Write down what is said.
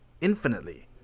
infinitely